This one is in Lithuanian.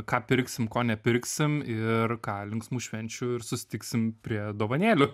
ką pirksim ko nepirksim ir ką linksmų švenčių ir susitiksim prie dovanėlių